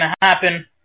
happen